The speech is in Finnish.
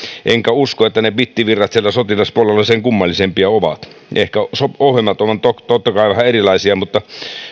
enkä usko että ne bittivirrat siellä sotilaspuolella sen kummallisempia ovat ehkä ohjelmat ovat totta kai vähän erilaisia mutta